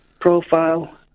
Profile